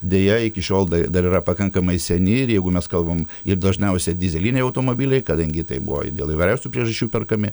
deja iki šiol dar yra pakankamai seni ir jeigu mes kalbam ir dažniausia dyzeliniai automobiliai kadangi tai buvo dėl įvairiausių priežasčių perkami